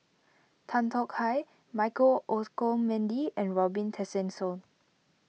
Tan Tong Hye Michael Olcomendy and Robin Tessensohn